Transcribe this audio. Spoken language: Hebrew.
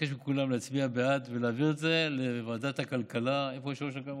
אבקש מכולם להצביע בעד ולהעביר את זה לוועדת הכלכלה של הכנסת.